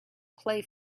play